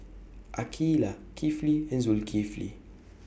Aqeelah Kifli and Zulkifli